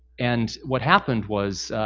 and what happened was,